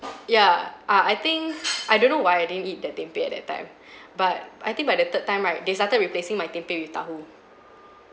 ya uh I think I don't know why I didn't eat that tempeh at that time but I think by the third time right they started replacing my tempeh with tahu